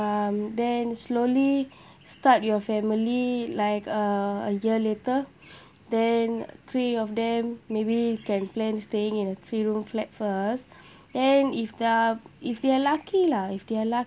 um then slowly start your family like uh a year later then three of them maybe can plan staying in a three room flat first and if they're if they're lucky lah if they're lu~